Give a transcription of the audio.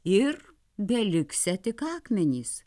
ir beliksią tik akmenys